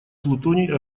плутоний